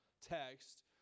text